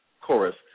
chorus